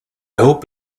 hope